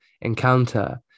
encounter